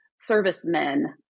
servicemen